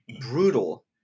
brutal